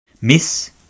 Miss